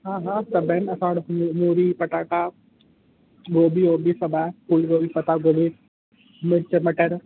हा हा सभु आहिनि असां वटि मू मूरी पटाटा गोबी वोबी सभु आहे फ़ूलगोबी पत्तागोबी मिर्च मटर